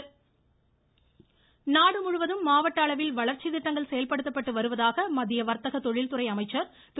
சுரேஷ்பிரபு நாடு முழுவதும் மாவட்ட அளவில் வளர்ச்சித் திட்டங்கள் செயல்படுத்தப்பட்டு வருவதாக மத்திய வர்த்தக தொழில்துறை அமைச்சர் திரு